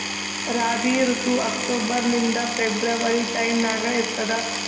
ರಾಬಿ ಋತು ಅಕ್ಟೋಬರ್ ಲಿಂದ February time ನಾಗ ಇರ್ತದ